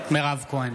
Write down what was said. מירב כהן,